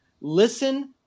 Listen